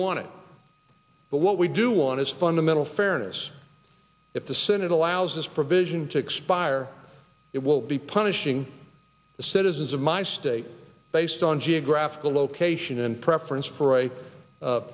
want to but what we do want is fundamental fairness if the senate allows this provision to expire it will be punishing the citizens of my state based on geographical location and preference for a